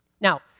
Now